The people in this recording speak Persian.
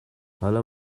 حالا